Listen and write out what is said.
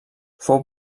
fou